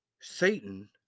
satan